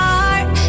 heart